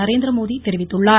நரேந்திரமோடி தெரிவித்துள்ளார்